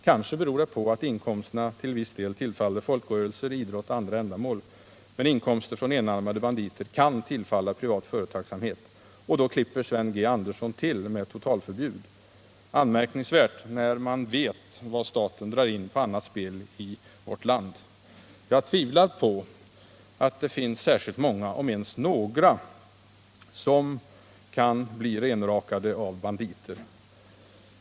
Kanske beror det på att inkomsterna i det fallet till viss del tillfaller folkrörelser, idrott och andra ändamål. Men inkomster från enarmade banditer kan tillfalla privat företagsamhet, och då klipper Sven G. Andersson till med totalförbud. Det är anmärkningsvärt, när man vet vad staten drar in på annat spel i vårt land. Jag tvivlar på att det finns särskilt många, om ens några, som kan bli renrakade av att spela på enarmade banditer.